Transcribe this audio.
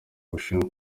bushinwa